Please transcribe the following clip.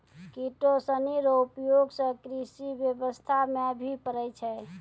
किटो सनी रो उपयोग से कृषि व्यबस्था मे भी पड़ै छै